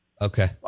Okay